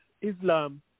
Islam